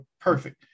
perfect